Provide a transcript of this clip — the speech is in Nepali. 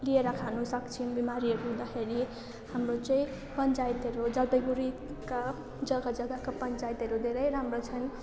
लिएर खानसक्छौँ बिमारीहरू हुँदाखेरि हाम्रो चाहिँ पञ्चायतहरू जलपाइगुडीका जग्गा जग्गाका पञ्चायतहरू धेरै राम्रो छन्